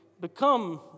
become